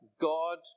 God